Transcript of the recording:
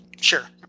Sure